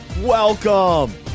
Welcome